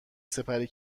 سپری